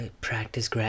practice